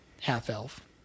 half-elf